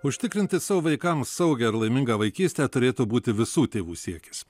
užtikrinti savo vaikams saugią ir laimingą vaikystę turėtų būti visų tėvų siekis